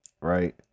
right